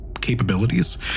capabilities